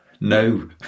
no